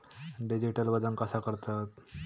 Digital वजन कसा करतत?